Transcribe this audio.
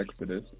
Exodus